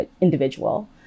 individual